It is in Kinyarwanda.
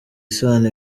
sano